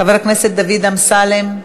חבר הכנסת דוד אמסלם,